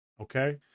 Okay